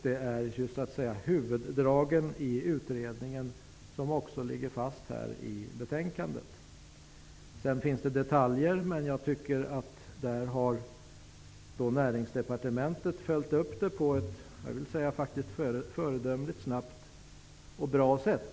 Det är huvuddragen i utredningen, som också läggs fast i betänkandet. Sedan finns det detaljer, men där tycker jag att Näringsdepartementet följt upp frågan på ett föredömligt snabbt och bra sätt.